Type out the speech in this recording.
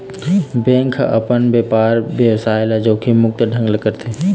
bank ह अपन बेपार बेवसाय ल जोखिम मुक्त ढंग ले करथे